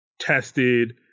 tested